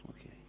Okay